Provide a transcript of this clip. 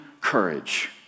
courage